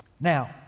Now